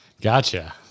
Gotcha